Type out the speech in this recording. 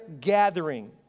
gathering